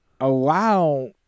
allow